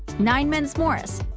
nine men's morris.